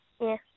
Yes